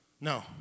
No